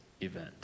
event